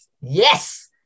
Yes